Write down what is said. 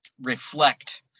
reflect